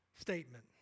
statement